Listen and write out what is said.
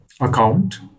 account